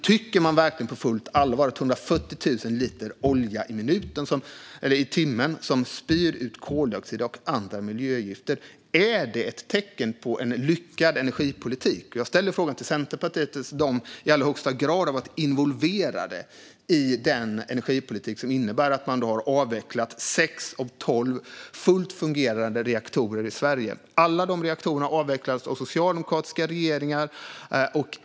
Tycker man verkligen på fullt allvar att 140 000 liter olja i timmen som spyr ut koldioxid och andra miljögifter är ett tecken på en lyckad energipolitik? Jag ställer frågan till Centerpartiet eftersom de i allra högsta grad har varit involverade i den energipolitik som innebär att man har avvecklat sex av tolv fullt fungerande reaktorer i Sverige. Alla de reaktorerna avvecklades av socialdemokratiska regeringar.